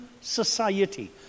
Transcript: society